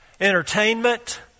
entertainment